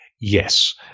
Yes